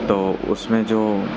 تو اس میں جو